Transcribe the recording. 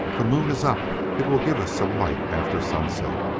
the moon is up it will give us some light after sunset,